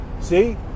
See